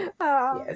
Yes